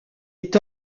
est